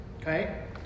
okay